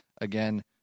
again